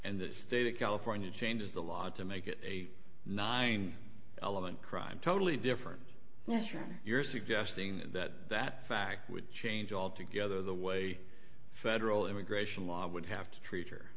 and that state of california changes the law to make it a nine element crime totally different measure you're suggesting that that fact would change altogether the way federal immigration law would have to treat